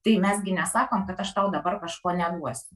tai mes gi nesakom kad aš tau dabar kažko neduosiu